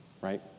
right